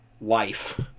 life